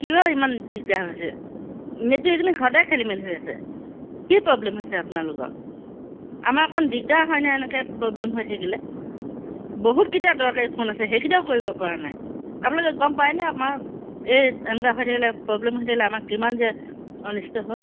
কিয় ইমান দিগদাৰ হৈছে নেটটো এইকেইদিন সদায় খেলি মেলি হৈ আছে কি প্ৰব্লেম হৈছে আপোনালোকৰ আমাৰ অকণ দিগদাৰ হয় নহয় এনেকৈ প্ৰব্লেম হৈ থাকিলে বহুতকেইটা দৰকাৰী ফোন আছে সেইকেইটাও কৰিব পৰা নাই আপোনালোকে গম পায়নে আমাৰ এই এনেকুৱা হৈ থাকিলে প্ৰব্লেম হৈ থাকিলে আমাৰ কিমান যে অনিষ্ট হয়